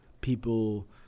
people